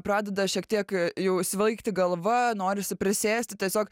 pradeda šiek tiek jau svaigti galva norisi prisėsti tiesiog